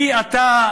מי אתה,